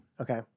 Okay